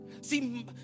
See